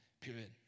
period